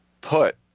put